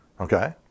Okay